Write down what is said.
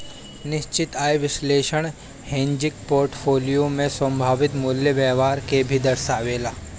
निश्चित आय विश्लेषण हेजिंग पोर्टफोलियो में संभावित मूल्य व्यवहार के भी दर्शावेला